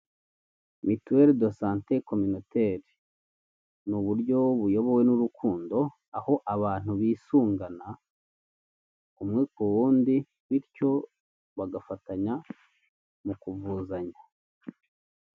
Abamotari bahagaze imbere y'inyubako, umwe ari gushyirirwaho kuri moto imizigo, ari gufashwa n'umuntu wambaye imyenda y'ubururu n'umugore umuri inyuma wambaye igitenge nabandi bagore babiri bari inyuma